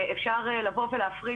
אני לא חושב שאפשר לבוא ולהפריד,